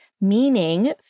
meaning